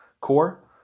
core